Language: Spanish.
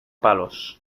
palos